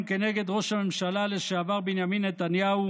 כנגד ראש הממשלה לשעבר בנימין נתניהו